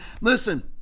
Listen